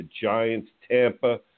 Giants-Tampa